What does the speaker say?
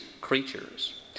creatures